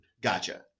Gotcha